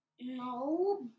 no